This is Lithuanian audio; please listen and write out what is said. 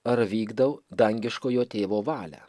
ar vykdau dangiškojo tėvo valią